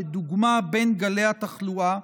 לדוגמה בגלי התחלואה,